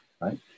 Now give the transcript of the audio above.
right